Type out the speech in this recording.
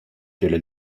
qu’elle